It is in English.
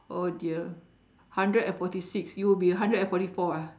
oh dear hundred and forty six you will be a hundred and forty four ah